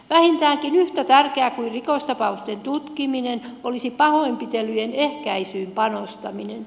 vähintäänkin yhtä tärkeää kuin rikostapausten tutkiminen olisi pahoinpitelyjen ehkäisyyn panostaminen